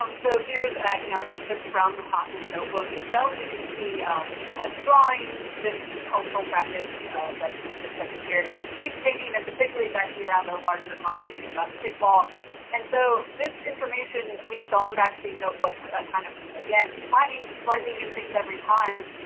um so here's you know an excerpt from haas's notebook itself. you can see um she has drawings, this cultural practice that she's discussing here is face painting and and particularly it's actually around a larger conversation about stickball and so this information, we've gone back to these notebooks kind of again finding slightly new things every time